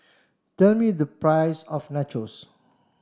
tell me the price of Nachos